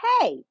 hey